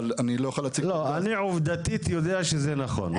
אבל אני לא אוכל להציג אני עובדתית יודע שזה נכון,